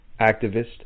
activist